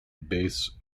bass